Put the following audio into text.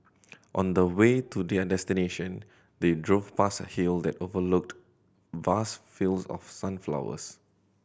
on the way to their destination they drove past a hill that overlooked vast fields of sunflowers